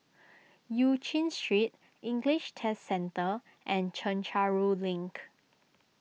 Eu Chin Street English Test Centre and Chencharu Link